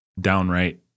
downright